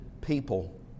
people